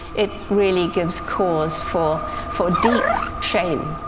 it really gives cause for for deep shame,